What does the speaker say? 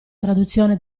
traduzione